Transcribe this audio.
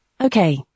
Okay